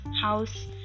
house